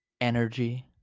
energy